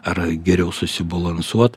ar geriau susibalansuot